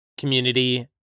Community